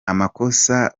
amakosa